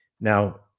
Now